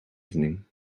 evening